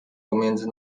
pomiędzy